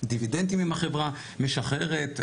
דיבידנדים אם החברה משחררת,